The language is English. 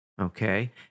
Okay